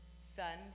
sons